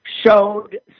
showed